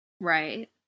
right